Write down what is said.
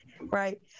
Right